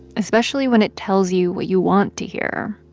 especially when it tells you what you want to hear.